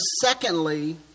secondly